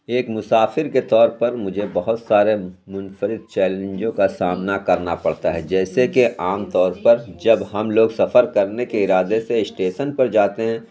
ایک مسافر کے طور پر مجھے بہت سارے مُنفرد چیلنجوں كا سامنا كرنا پڑتا ہے جیسے کہ عام طور پر جب ہم لوگ سفر کرنے کے ارادے سے اسٹیشن پر جاتے ہیں